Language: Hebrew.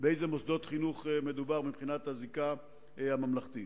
באילו מוסדות חינוך מדובר מבחינת הזיקה הממלכתית.